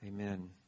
Amen